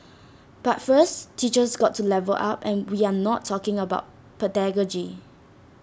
but first teachers got to level up and we are not talking about pedagogy